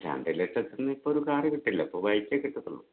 രണ്ട് ലക്ഷത്തിനിപ്പോൾ ഒരു കാർ കിട്ടില്ല ഇപ്പോൾ ബൈക്കെ കിട്ടത്തുള്ളൂ